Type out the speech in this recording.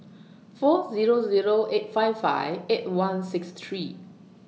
four Zero Zero eight five five eight one six three